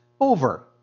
over